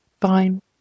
fine